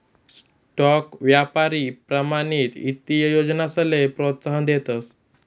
stock यापारी प्रमाणित ईत्तीय योजनासले प्रोत्साहन देतस